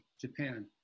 Japan